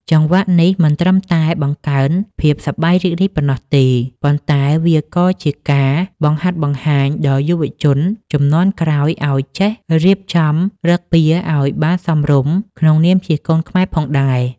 ចង្វាក់នេះមិនត្រឹមតែបង្កើនភាពសប្បាយរីករាយប៉ុណ្ណោះទេ ប៉ុន្តែវាក៏ជាការបង្ហាត់បង្ហាញដល់យុវជនជំនាន់ក្រោយឱ្យចេះរៀបចំឫកពារឱ្យបានសមរម្យក្នុងនាមជាកូនខ្មែរផងដែរ។